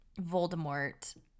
Voldemort